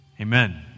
Amen